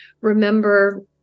remember